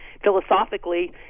philosophically